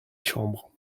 chambre